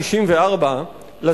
שנת 64 לספירה,